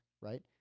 right